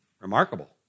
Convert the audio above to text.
remarkable